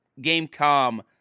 Game.com